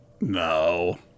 No